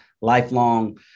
lifelong